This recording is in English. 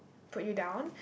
put you down